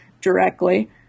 directly